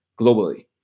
globally